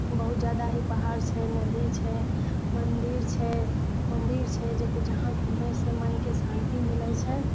बहुत जादा ही पहाड़ छै नदी छै मन्दिर छै मन्दिर छै जहाँ घुमै से मनके शान्ति मिलै छै